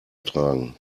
tragen